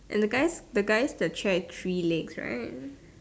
and the guy's the guy's the chair is three legs right